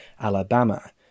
Alabama